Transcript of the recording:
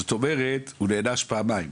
זאת אומרת שהוא נענש פעמיים,